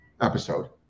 episode